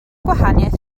gwahaniaeth